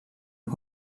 han